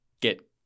get